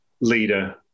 leader